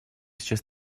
исчез